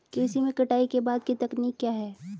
कृषि में कटाई के बाद की तकनीक क्या है?